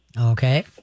Okay